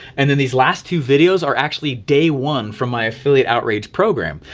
and then these last two videos are actually day one from my affiliate outreach program.